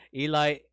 Eli